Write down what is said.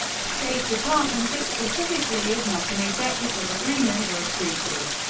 state department, it specifically is not an executive agreement or a treaty.